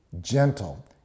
gentle